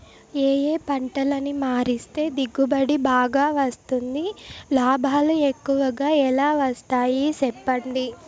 ఏ ఏ పంటలని మారిస్తే దిగుబడి బాగా వస్తుంది, లాభాలు ఎక్కువగా ఎలా వస్తాయి సెప్పండి